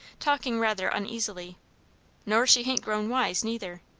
talking rather uneasily nor she hain't grown wise, neither.